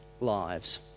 lives